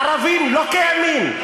הערבים לא קיימים.